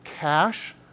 cash